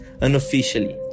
unofficially